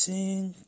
Sing